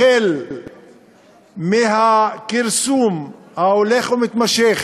החל בכרסום ההולך ומתמשך